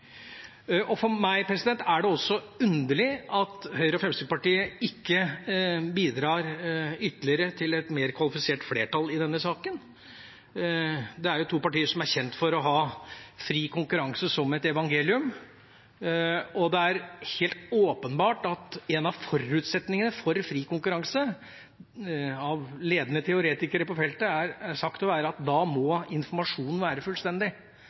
For meg er det også underlig at Høyre og Fremskrittspartiet ikke bidrar ytterligere til et mer kvalifisert flertall i denne saken. Det er jo to partier som er kjent for å ha fri konkurranse som et evangelium. Det er helt åpenbart at en av forutsetningene for fri konkurranse er av ledende teoretikere på feltet sagt å være at da må informasjonen være fullstendig